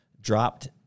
dropped